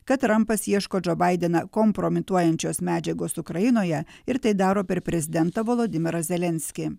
kad trampas ieško džo baideną kompromituojančios medžiagos ukrainoje ir tai daro per prezidentą volodymyrą zelenskį